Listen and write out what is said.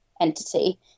entity